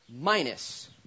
minus